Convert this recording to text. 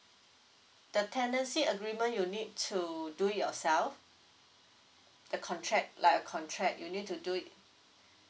the tenancy agreement you need to do yourself the contact like a contract you need to do it